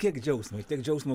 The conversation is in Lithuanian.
kiek džiaugsmo ir tiek džiaugsmo